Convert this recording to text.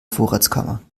vorratskammer